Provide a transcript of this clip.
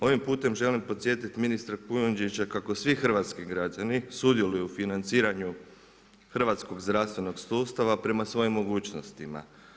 Ovim putem želim podsjetiti ministra Kujundžića kako svi hrvatski građani sudjeluju u financiranju hrvatskog zdravstvenog sustava prema svojim mogućnostima.